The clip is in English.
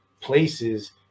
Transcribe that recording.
places